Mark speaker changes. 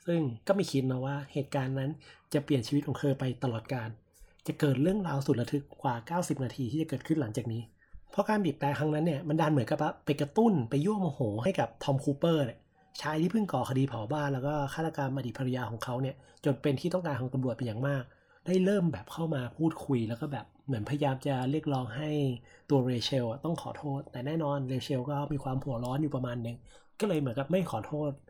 Speaker 1: ซึ่งก็ไม่คิดนะว- ว่าเหตุการณ์นั้นจะเปลี่ยนชีวิตของเธอไปตลอดกาล จะเกิดเรื่องราวสุดระทึกกว่า 90 นาทีที่จะเกิดขึ้นหลังจากนี้ เพราะการบีบแตรครั้งนั้นเนี่ยมันดันเหมือนกับว่าไปกระตุ้นไปยั่วโมโหให้กับทอมคูเปอร์เนี่ย ชายที่เพิ่งก่อคดีเผาบ้านแล้วก็ฆาตกรรมอดีตภรรยาของเขาเนี่ยจนเป็นที่ต้องการของตำรวจเป็นอย่างมาก ได้เริ่มแบบเข้ามาพูดคุยแล้วก็แบบเหมือนพยายามจะเรียกร้องให้ตัวเรเชลอะต้องขอโทษ แต่แน่นอนเรเชลก็มีความหัวร้อนอยู่ประมาณหนึ่ง ก็เลยเหมือนกับไม่ขอโทษ